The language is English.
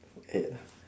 eight lah